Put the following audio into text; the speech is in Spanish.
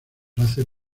hace